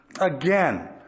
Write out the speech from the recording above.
again